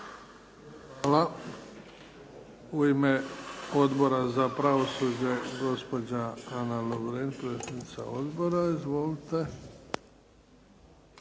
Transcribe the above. Hvala. U ime Odbora za pravosuđe gospođa Ana Lovrin, predsjednica Odbora. Izvolite.